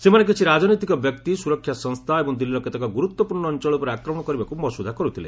ସେମାନେ କିଛି ରାଜନୈତିକ ବ୍ୟକ୍ତି ସୁରକ୍ଷା ସଂସ୍ଥା ଏବଂ ଦିଲ୍ଲୀର କେତେକ ଗୁରୁତ୍ୱପୂର୍ଣ୍ଣ ଅଞ୍ଚଳ ଉପରେ ଆକ୍ରମଣ କରିବାକୁ ମସୁଧା କରୁଥିଲେ